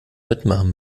mitmachen